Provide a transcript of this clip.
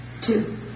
Two